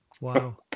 Wow